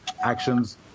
Actions